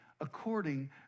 according